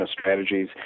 strategies